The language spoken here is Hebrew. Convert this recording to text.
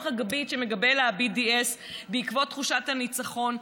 הגבית שמקבל ה-BDS בעקבות תחושת הניצחון,